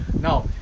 now